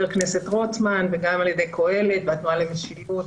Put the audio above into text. הכנסת רוטמן והארגונים קהלת והתנועה למשילות.